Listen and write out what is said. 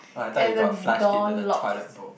oh I thought you got flushed into the toilet bowl